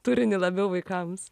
turinį labiau vaikams